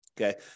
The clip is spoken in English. Okay